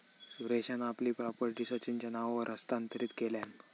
सुरेशान आपली प्रॉपर्टी सचिनच्या नावावर हस्तांतरीत केल्यान